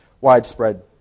widespread